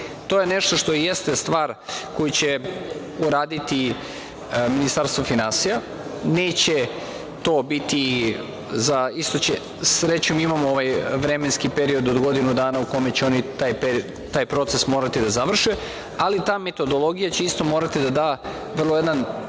To je nešto što jeste stvar koju će uraditi Ministarstvo finansija. Srećom imamo ovaj vremenski period od godinu dana u kome će oni taj proces morati da završe, ali ta metodologija će isto morati da da vrlo jedan,